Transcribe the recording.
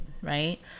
right